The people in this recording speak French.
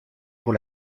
pour